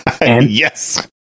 Yes